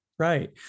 Right